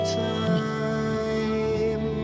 time